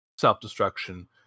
self-destruction